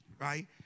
right